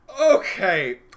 Okay